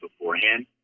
beforehand